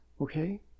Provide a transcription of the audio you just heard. Okay